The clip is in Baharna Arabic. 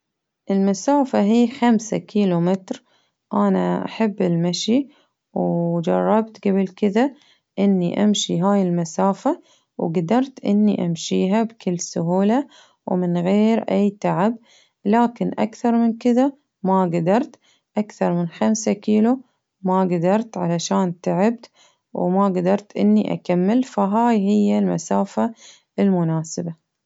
المسافة هي خمسة كيلو متر، أنا أحب المشي وجربت قبل كذا إني أمشي هاي المسافة، وقدرت إني أمشيها بكل سهولة، ومن غير أي تعب، لكن أكثر من كذا ما قدرت، أكثر من خمسة كيلو ما قدرت علشان تعبت وما قدرت إني أكمل فهاي هي المسافة المناسبة.